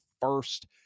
first